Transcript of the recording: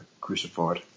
crucified